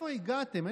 לאיפה הגעתם?